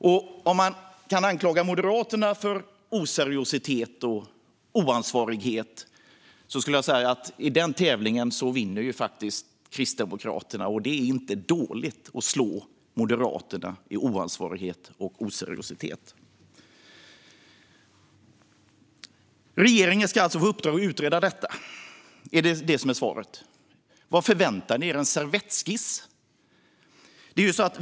Om man kan anklaga Moderaterna för oseriositet och oansvarighet skulle jag säga att den tävlingen faktiskt vinns av Kristdemokraterna. Det är inte dåligt att slå Moderaterna i oansvarighet och oseriositet. Regeringen ska alltså få i uppdrag att utreda detta. Är det detta som är svaret? Vad förväntar ni er - en servettskiss?